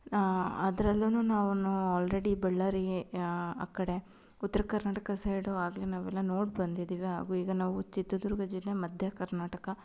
ನಾನು ಅದ್ರಲ್ಲು ನಾನು ಆಲ್ರೆಡಿ ಬಳ್ಳಾರಿಗೆ ಆ ಕಡೆ ಉತ್ರ ಕರ್ನಾಟಕ ಸೈಡು ಆಗಲೇ ನಾವೆಲ್ಲ ನೋಡಿ ಬಂದಿದ್ದೀವಿ ಹಾಗೂ ಈಗ ನಾವು ಚಿತ್ರದುರ್ಗ ಜಿಲ್ಲೆ ಮಧ್ಯ ಕರ್ನಾಟಕ